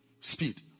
Speed